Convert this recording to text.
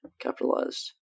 capitalized